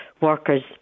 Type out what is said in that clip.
workers